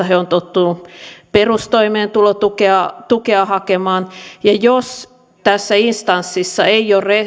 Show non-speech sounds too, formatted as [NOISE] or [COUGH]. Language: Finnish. [UNINTELLIGIBLE] he ovat tottuneet perustoimeentulotukea hakemaan ja jos tässä instanssissa ei ole